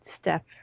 step